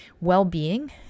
Well-being